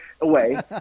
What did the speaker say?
away